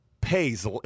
pays